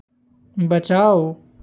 बचाओ